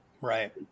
Right